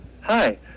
Hi